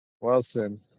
Wilson